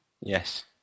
Yes